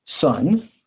son